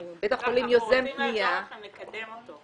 אנחנו רוצים לעזור לכם לקדם אותו.